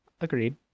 agreed